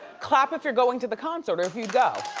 clap if you're going to the concert or if you'd go.